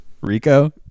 Rico